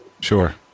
sure